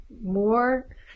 more